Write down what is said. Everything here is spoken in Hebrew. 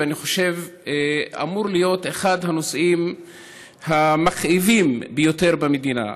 ואני חושב שהוא אמור להיות אחד הנושאים המכאיבים ביותר במדינה.